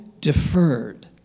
deferred